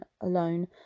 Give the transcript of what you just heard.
alone